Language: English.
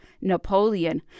Napoleon